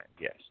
yes